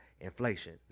Inflation